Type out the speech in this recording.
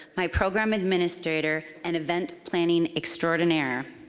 my program administrator and event planning extraordinaire.